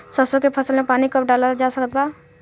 सरसों के फसल में पानी कब डालल जा सकत बा?